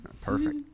Perfect